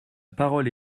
parole